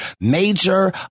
major